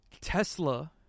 Tesla